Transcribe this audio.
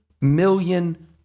million